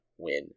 win